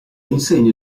insegne